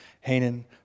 Hanan